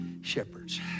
shepherds